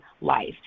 life